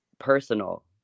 personal